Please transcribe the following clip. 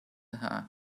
her